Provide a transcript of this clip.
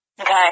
Okay